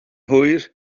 hwyr